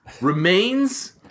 Remains